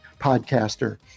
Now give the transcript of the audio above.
podcaster